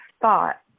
thought